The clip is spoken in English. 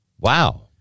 Wow